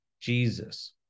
Jesus